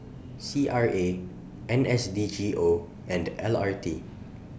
C R A N S D G O and L R T